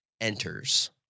enters